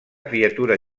criatura